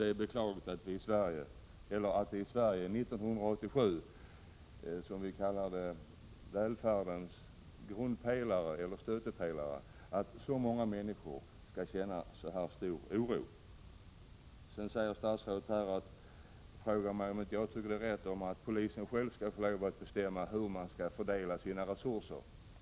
Det är beklagligt att det i Sverige, som vi kallar välfärdens speciella hemvist, 1987 finns så många människor som känner stor oro. Statsrådet frågar mig om jag inte tycker att det är rätt att polisen själv skall få lov att bestämma hur den skall fördela sina resurser.